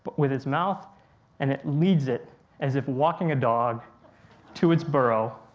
with its mouth and it leads it as if walking a dog to its burrow,